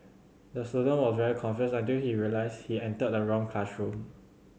the student was very confused until he realized he entered the wrong classroom